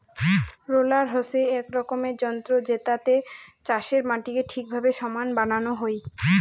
roller হসে এক রকমের যন্ত্র জেতাতে চাষের মাটিকে ঠিকভাবে সমান বানানো হই